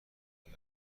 فرد